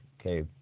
okay